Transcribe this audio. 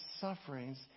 sufferings